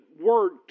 word